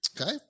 Okay